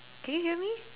can you hear me